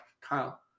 Kyle